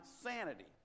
sanity